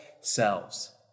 selves